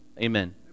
amen